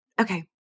Okay